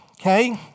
okay